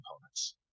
components